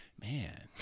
man